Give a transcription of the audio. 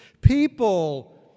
People